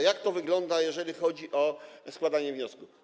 Jak to wygląda, jeżeli chodzi o składnie wniosków?